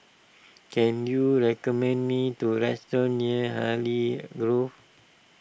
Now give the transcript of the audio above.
can you recommend me do restaurant near Hartley Grove